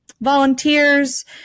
volunteers